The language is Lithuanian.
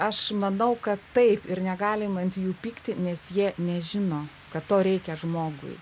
aš manau kad taip ir negalima ant jų pykti nes jie nežino kad to reikia žmogui